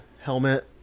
helmet